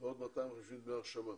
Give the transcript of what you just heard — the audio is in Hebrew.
ועוד 250 דמי הרשמה.